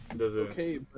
Okay